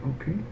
Okay